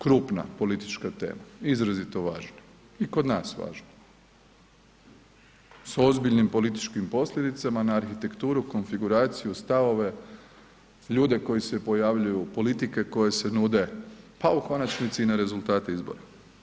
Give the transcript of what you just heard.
Krupna, politička tema izrazito važna i kod nas važna s ozbiljnim političkim posljedicama na arhitekturu, konfiguraciju, stavove, ljude koji se pojavljuju, politike koje se nude pa u konačnici i na rezultate izbora.